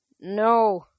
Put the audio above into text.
No